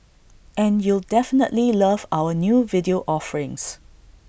and you'll definitely love our new video offerings